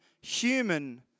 human